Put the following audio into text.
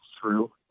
true